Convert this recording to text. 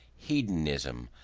hedonism,